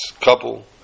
couple